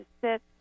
sit